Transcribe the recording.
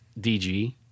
DG